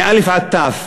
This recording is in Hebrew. מאלף עד תיו,